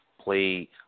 play